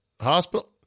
hospital